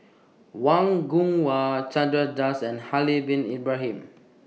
Wang Gungwu Chandra Das and Haslir Bin Ibrahim